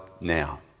now